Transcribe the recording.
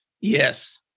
yes